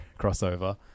crossover